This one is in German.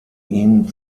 ihn